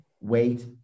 wait